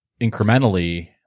incrementally